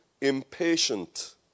impatient